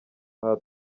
aha